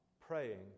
praying